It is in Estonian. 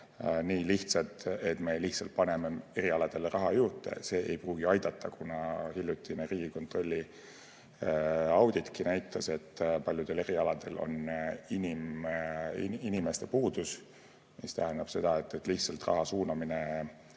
nii lihtne, et me lihtsalt paneme erialadele raha juurde. See ei pruugi aidata. Hiljutine Riigikontrolli auditki näitas, et paljudel erialadel on inimeste puudus. See tähendab seda, et lihtsalt raha sinna